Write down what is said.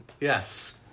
yes